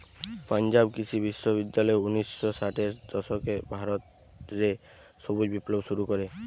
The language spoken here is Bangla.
পাঞ্জাব কৃষি বিশ্ববিদ্যালয় উনিশ শ ষাটের দশকে ভারত রে সবুজ বিপ্লব শুরু করে